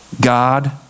God